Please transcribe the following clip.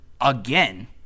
again